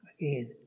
Again